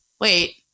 Wait